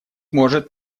может